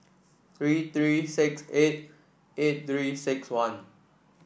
three three six eight eight Three six one